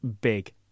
big